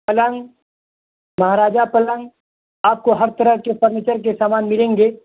پلنگ مہاراجا پلنگ آپ کو ہر طرح کے فرنیچر کے سامان ملیں گے